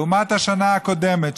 לעומת השנה הקודמת,